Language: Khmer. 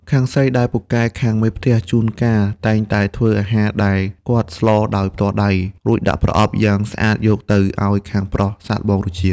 ខាងស្រីដែលពូកែខាងមេផ្ទះ ជួនកាលតែងតែធ្វើអាហារដែលគាត់ស្លរដោយផ្ទាល់ដៃ រួចដាក់ប្រអប់យ៉ាងស្អាតយកទៅឱ្យខាងប្រុសសាកល្បងរសជាតិ។